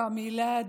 תחילה,